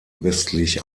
westlich